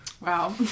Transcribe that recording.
Wow